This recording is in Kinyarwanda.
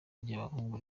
ry’abahungu